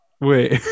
wait